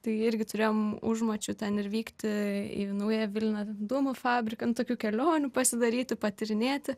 tai irgi turėjome užmačių ten ir vykti į naująją vilnią dūmų fabriką nu tokių kelionių pasidaryti patyrinėti